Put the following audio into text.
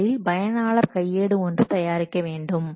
முதலில் பயனாளர் கையேடு ஒன்று தயாரிக்க வேண்டும்